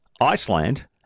Iceland